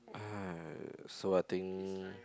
ah so I think